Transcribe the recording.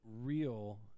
real